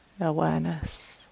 awareness